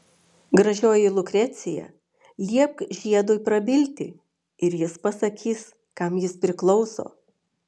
gražioji lukrecija liepk žiedui prabilti ir jis pasakys kam jis priklauso